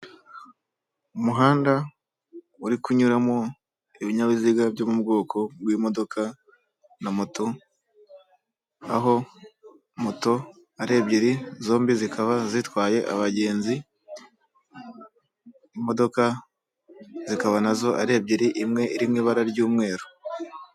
Umuhanda uri kunyuramo ibinyabiziga byo mu bwoko bw'imodoka na moto, aho moto ari ebyiri zombi zikaba zitwaye abagenzi imodoka zikaba nazo ari ebyiri imwe irimo ibara ry'umweru.